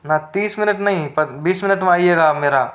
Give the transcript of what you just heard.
न तीस मिनट नहीं बीस मिनट में आइएगा मेरा